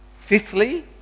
fifthly